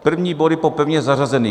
První body po pevně zařazených.